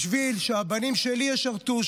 בשביל שהבנים שלי ישרתו,